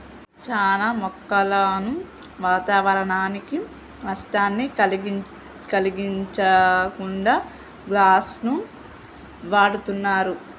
చానా మొక్కలను వాతావరనానికి నష్టాన్ని కలిగించకుండా గ్లాస్ను వాడుతున్నరు